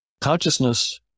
consciousness